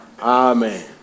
Amen